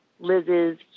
Liz's